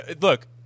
look